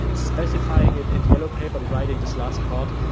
specifying it in yellow paper and writing this last part,